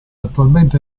attualmente